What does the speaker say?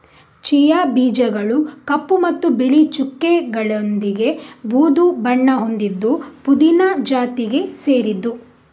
chia ಬೀಜಗಳು ಕಪ್ಪು ಮತ್ತು ಬಿಳಿ ಚುಕ್ಕೆಗಳೊಂದಿಗೆ ಬೂದು ಬಣ್ಣ ಹೊಂದಿದ್ದು ಪುದೀನ ಜಾತಿಗೆ ಸೇರಿದ್ದು